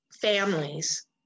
families